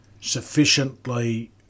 sufficiently